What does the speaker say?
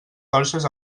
torxes